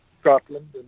Scotland